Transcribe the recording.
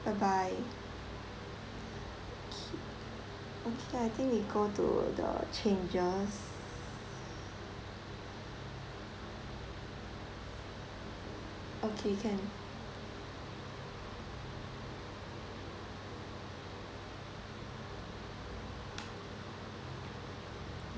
bye bye okay okay I think we go to the changes okay can